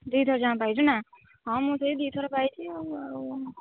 ଦୁଇଥର ଜମା ପାଇଛୁ ନା ହଁ ମୁଁ ସେହି ଦୁଇଥର ପାଇଛି ଆଉ ଆଉ